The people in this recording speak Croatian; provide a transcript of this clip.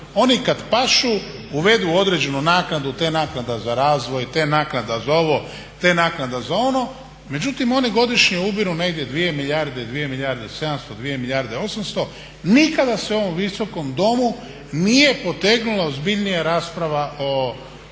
ne razumije./… uvedu određenu naknadu, te naknada za razvoj, te naknada za ovo, te naknada za ono, međutim, oni godišnje ubiru negdje 2 milijarde, 2 milijarde 700, 2 milijarde 800. Nikada se u ovom Visokom domu nije potegnula ozbiljnija rasprava o